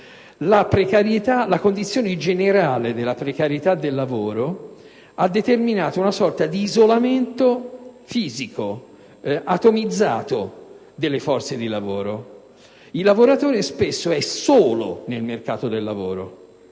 rovesciato: la condizione generale della precarietà del lavoro ha determinato una sorta di isolamento fisico, atomizzato, delle forze di lavoro. Il lavoratore spesso è solo nel mercato del lavoro: